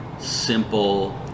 simple